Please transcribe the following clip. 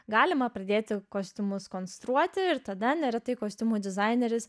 galima pradėti kostiumus konstruoti ir tada neretai kostiumų dizaineris